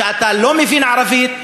שאתה לא מבין ערבית,